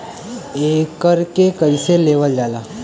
एकरके कईसे लेवल जाला?